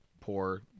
poor